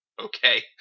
Okay